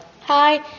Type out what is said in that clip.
Hi